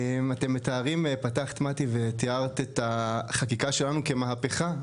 פתחת מטי ותיארת את החקיקה שלנו כמהפכה,